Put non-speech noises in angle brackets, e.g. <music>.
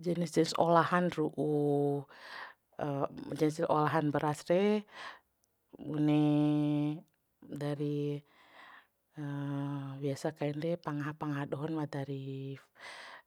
Jenis jenis olahan ru'u <hesitation> jenis olahan beras re <hesitation> bune <hesitation> dari <hesitation> biasa kain re pangaha pangaha dohon ma dari